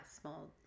small